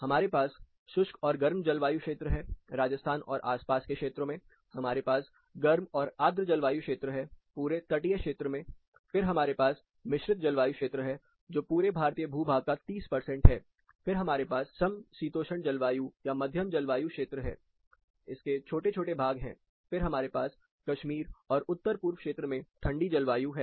हमारे पास शुष्क और गर्म जलवायु क्षेत्र है राजस्थान और आसपास के क्षेत्रों में हमारे पास गर्म और आर्द्र जलवायु क्षेत्र है पूरे तटीय क्षेत्र में फिर हमारे पास मिश्रित जलवायु क्षेत्र है जो पूरे भारतीय भूभाग का 30 परसेंट है फिर हमारे पास समशीतोष्ण जलवायु या मध्यम जलवायु क्षेत्र है इसके छोटे छोटे भाग हैं फिर हमारे पास कश्मीर और उत्तर पूर्व क्षेत्र में ठंडी जलवायु है